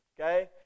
Okay